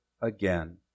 again